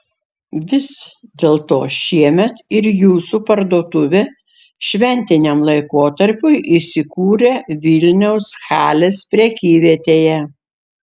vis dėlto šiemet ir jūsų parduotuvė šventiniam laikotarpiui įsikūrė vilniaus halės prekyvietėje